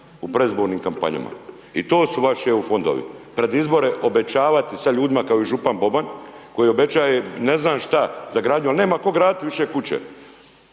u predizbornim kampanjama. I to su vaši EU fondovi, pred izbore obećavati sad ljudima kao i Župan Boban koji obećaje ne znam šta za gradnju, al' nema tko gradit više kuće,